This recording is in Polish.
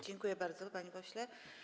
Dziękuję bardzo, panie pośle.